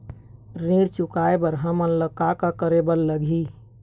ऋण चुकाए बर हमन ला का करे बर लगही?